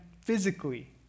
physically